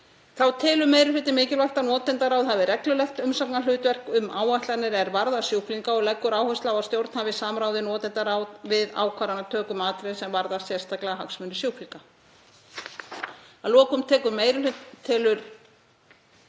Þá telur meiri hlutinn mikilvægt að notendaráð hafi reglulegt umsagnarhlutverk um áætlanir er varða sjúklinga og leggur áherslu á að stjórn hafi samráð við notendaráð við ákvarðanatöku um atriði sem varða sérstaklega hagsmuni sjúklinga. Að lokum telur meiri hlutinn